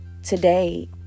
today